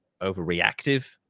overreactive